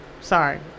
Sorry